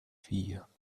vier